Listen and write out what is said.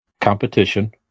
competition